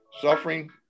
Suffering